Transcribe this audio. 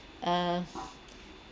uh